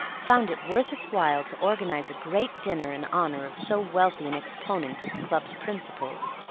found it worth its while to organize a great dinner in honor of so wealthy an exponent of the club's principles.